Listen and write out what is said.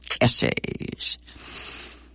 essays